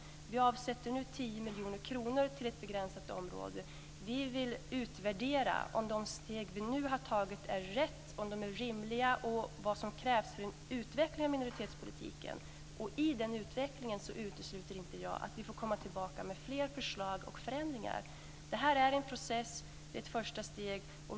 Vi avsätter nu 10 miljoner kronor till ett begränsat område. Vi vill utvärdera om de steg vi nu har tagit är riktiga och rimliga, och vad som krävs för en utveckling av minoritetspolitiken. I den utvecklingen utesluter inte jag att vi får komma tillbaka med fler förslag och förändringar. Detta är en process och ett första steg.